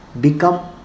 become